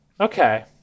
Okay